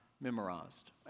memorized